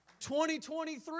2023